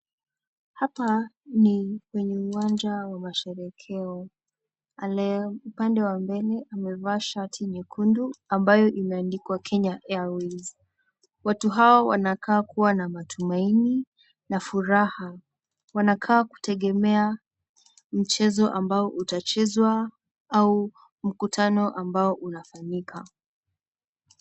Hapa ni penye uwanja wa masherehekeo. Aliye upande wa mbele amevaa shati nyekundu ambayo imeandikwa Kenya airways. .Watu hao wanakaa kuwa na matumaini na furaha. Wanakaa kutegemea mchezo ambao utachezwa au mkutano ambao unafanyika.